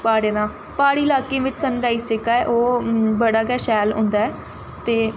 प्हाड़ें दा प्हाड़ी लाकें बिच्च सन राइज जेह्का ऐ ओह् बड़ा गै शैल होंदा ऐ ते